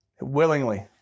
Willingly